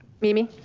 mimi.